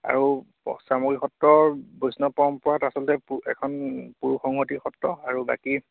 আৰু সত্ৰৰ বৈষ্ণৱ পৰম্পৰাত আচলতে এখন পুৰুষ সংহতি সত্ৰ আৰু বাকী